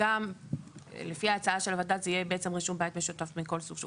וגם לפי ההצעה של הוועדה זה יהיה בעצם רישום בית משותף מכל סוג שהוא,